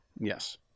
Yes